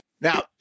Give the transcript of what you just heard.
Now